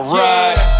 right